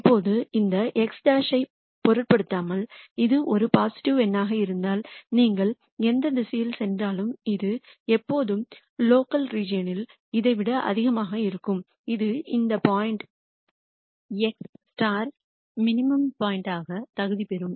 இப்போது இந்த x̅ ஐப் பொருட்படுத்தாமல் இது ஒரு பாசிட்டிவ் எண்ணாக இருந்தால் நீங்கள் எந்த திசையில் சென்றாலும் இது எப்போதும் லோக்கல் பிராந்தியத்தில் இதை விட அதிகமாக இருக்கும் இது இந்த பாயிண்ட் x மினிமம் பாயிண்ட் யாக தகுதி பெறும்